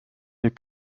nüüd